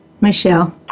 Michelle